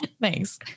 Thanks